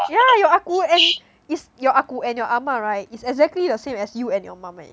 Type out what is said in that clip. yeah your ah gu and is your ah gu and your ah ma right is exactly the same as you and your mom eh